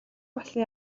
болсон